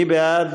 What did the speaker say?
מי בעד?